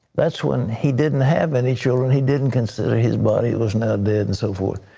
that's when he didn't have any children. he didn't consider his body was now dead and so forth.